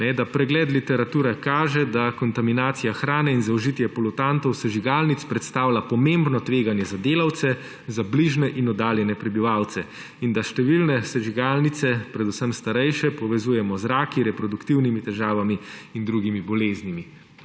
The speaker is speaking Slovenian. da pregled literature kaže, da kontaminacija hrane in zaužitje polutantov sežigalnic predstavlja pomembno tveganje za delavce, za bližnje in oddaljene prebivalce in da številne sežigalnice, predvsem starejše, povezujemo z raki, reproduktivnimi težavami in drugimi boleznimi.